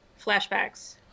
flashbacks